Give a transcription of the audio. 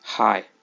Hi